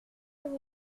juste